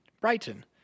Brighton